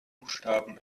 buchstaben